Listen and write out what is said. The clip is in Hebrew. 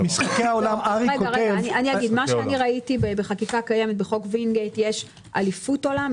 מה שראיתי בחקיקה קיימת בחוק וינגייט יש אליפות עולם,